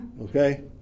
Okay